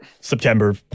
September